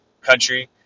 country